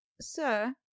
Sir